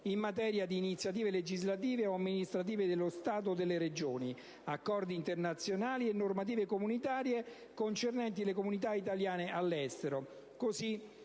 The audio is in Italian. in materia di iniziative legislative o amministrative dello Stato o delle Regioni, nonché accordi internazionali e normative comunitarie concernenti le comunità italiane all'estero.